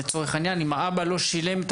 לצורך העניין אם האבא לא שילם את